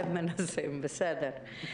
אתם מנסים, בסדר.